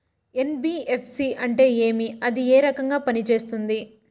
NBFC అంటే ఏమి అది ఏ రకంగా పనిసేస్తుంది